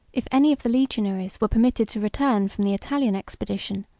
if any of the legionaries were permitted to return from the italian expedition,